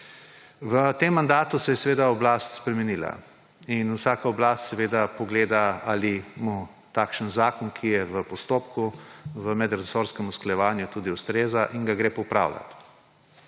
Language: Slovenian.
V tem mandatu se je oblast spremenila. In vsaka oblast pogleda, ali ji takšen zakon, ki je v postopku, v medresorskem usklajevanju, ustreza, in ga gre popravljat.